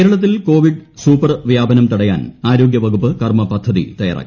കേരളത്തിൽ Covid super വ്യാപനം തടയാൻ ആരോഗ്യവകുപ്പ് കർമ്മ പദ്ധതി തയ്യാറാക്കി